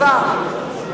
השר.